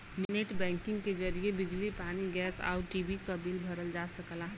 net banking के जरिए बिजली पानी गैस आउर टी.वी क बिल भरल जा सकला